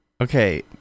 Okay